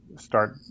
start